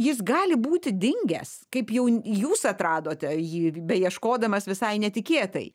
jis gali būti dingęs kaip jau jūs atradote jį beieškodamas visai netikėtai